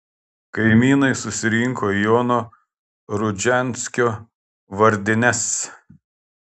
kaimynai susirinko į jono rudžianskio vardines